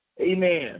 Amen